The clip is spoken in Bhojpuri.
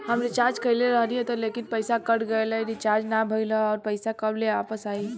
हम रीचार्ज कईले रहनी ह लेकिन पईसा कट गएल ह रीचार्ज ना भइल ह और पईसा कब ले आईवापस?